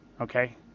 okay